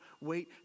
wait